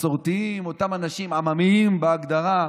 המסורתיים, אותם אנשים עממיים בהגדרה,